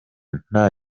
nta